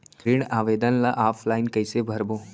ऋण आवेदन ल ऑफलाइन कइसे भरबो?